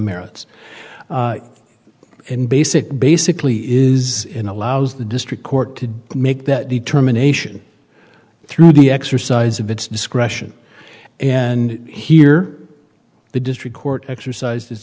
merits and basic basically is in allows the district court to make that determination through the exercise of its discretion and here the district court exercise